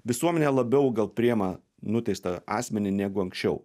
visuomenė labiau gal priima nuteistą asmenį negu anksčiau